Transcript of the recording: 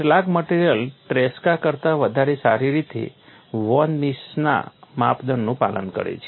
કેટલાક material Tresca કરતા વધારે સારી રીતે વોન મિસના માપદંડનું પાલન કરે છે